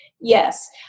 Yes